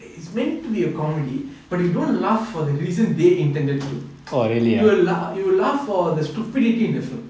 it's meant to be a comedy but you don't laugh for the reason they intended to you will laugh you will laugh for the stupidity in the film